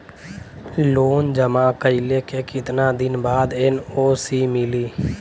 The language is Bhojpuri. लोन जमा कइले के कितना दिन बाद एन.ओ.सी मिली?